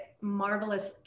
marvelous